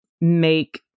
make